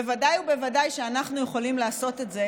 בוודאי ובוודאי שאנחנו יכולים לעשות את זה